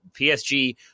PSG